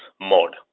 mode